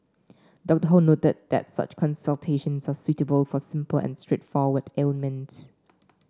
Doctor Ho noted that such consultations are suitable for simple and straightforward ailments